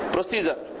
Procedure